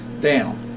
down